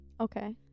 Okay